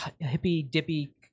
hippy-dippy